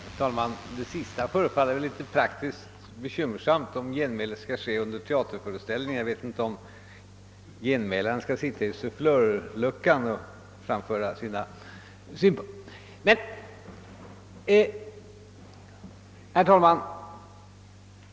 Herr talman! Det där sista som herr Wennerfors sade verkar rent praktiskt ganska bekymmersamt, om genmälet skall göras under teaterföreställningen; jag vet inte om genmälaren då skall sitta i sufflörluckan och framföra sina synpunkter, eller hur det skall ordnas.